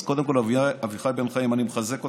אז קודם כול, אבישי בן חיים, אני מחזק אותך.